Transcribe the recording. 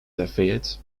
lafayette